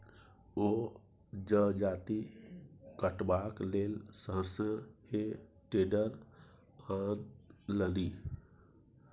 ओ जजाति कटबाक लेल शहर सँ हे टेडर आनलनि